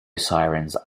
sirens